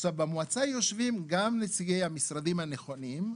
במועצה יושבים גם נציגי המשרדים הנכונים,